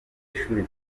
ishuri